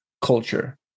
culture